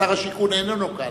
שר השיכון איננו כאן,